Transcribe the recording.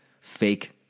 fake